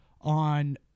On